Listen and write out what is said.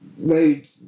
road